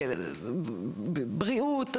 בריאות,